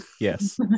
Yes